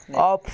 offs